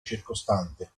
circostante